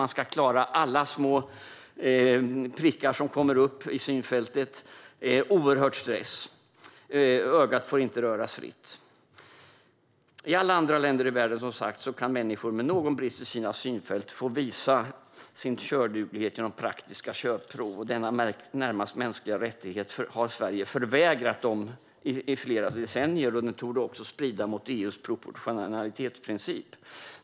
Man ska klara alla små prickar som kommer upp i synfältet. Det är en oerhörd stress. Ögat får inte röra sig fritt. I alla andra länder i världen kan människor med någon brist i synfältet få visa sin körduglighet genom praktiska körprov. Denna närmast mänskliga rättighet har Sverige förvägrat dessa människor i flera decennier. Det torde strida mot EU:s proportionalitetsprincip.